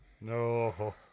No